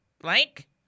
blank